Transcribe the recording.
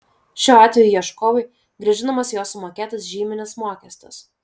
šiuo atveju ieškovui grąžinamas jo sumokėtas žyminis mokestis